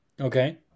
Okay